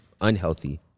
unhealthy